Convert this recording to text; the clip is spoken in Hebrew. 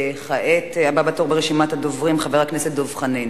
כעת, הבא בתור ברשימת הדוברים, חבר הכנסת דב חנין.